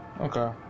Okay